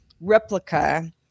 replica